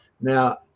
now